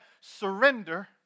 surrender